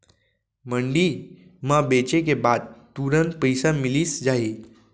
मंडी म बेचे के बाद तुरंत पइसा मिलिस जाही?